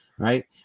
right